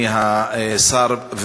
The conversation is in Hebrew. אדוני השר,